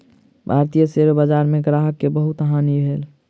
भारतीय शेयर बजार में ग्राहक के बहुत हानि भेल